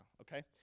okay